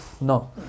no